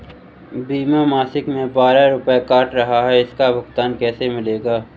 बीमा मासिक में बारह रुपय काट रहा है इसका भुगतान कैसे मिलेगा?